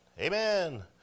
Amen